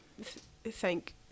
Thank